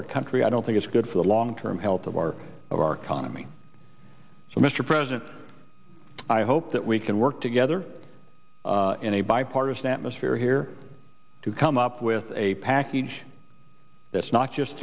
our country i don't think it's good for the long term health of our of our economy so mr president i hope that we can work together in a bipartisan atmosphere here to come up with a package that's not just